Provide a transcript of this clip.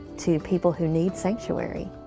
to people who need sanctuary.